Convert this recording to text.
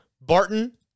Barton